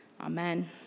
Amen